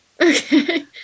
Okay